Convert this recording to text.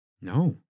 no